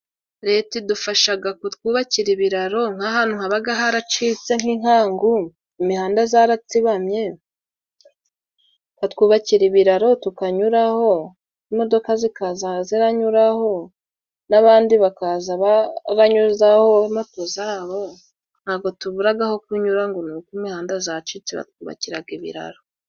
Leta idufashaga kutwubakira ibiraro. Nk'ahantu habaga haracitse nk'inkangu, imihanda zarasibamye, katwubakira ibiraro tukanyuraho. Imodoka zikaza ziranyuraho; nabandi bakaza banyuzaho moto zabo. Ntabwo tuburaraga aho kunyura ngo ni uko imihanda zacitse batwubakiraga ibiraro.